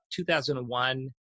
2001